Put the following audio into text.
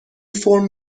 فرم